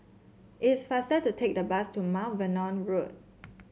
it's faster to take the bus to Mount Vernon Road